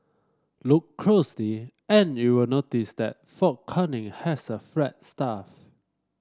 look closely and you'll notice that Fort Canning has a flagstaff